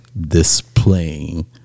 displaying